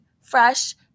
fresh